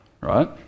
right